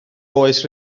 oes